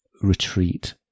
retreat